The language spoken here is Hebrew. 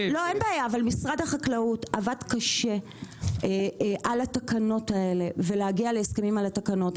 משרד החקלאות עבד קשה כדי להגיע להסכמים לגבי התקנות האלו.